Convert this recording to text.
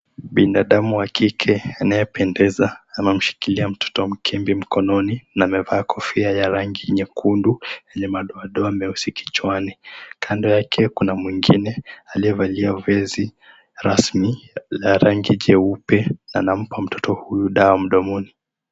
Binadamu wa kike anayependeza anamshikilia mtoto mkebe mkononi na amevaaa kofia ya rangi nyekundu yenye madoadoa meusi kichwani. Kando yake kuna mwingine aliyevalia vezi rasmi la rangi jeupe anampa mtoto huyu dawa mdomoni.